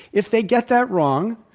if they get that wrong,